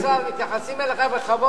אדוני השר, מתייחסים אליך בכבוד.